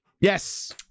yes